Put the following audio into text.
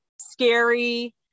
scary